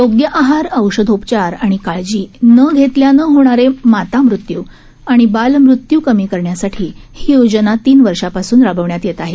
योग्य आहार औषध उपचार आणि काळजी न घेतल्यान होणारे मातामृत्यू आणि बालमृत्यू कमी करण्यासाठी ही योजना तीन वर्षांपासून राबवण्यात येत आहे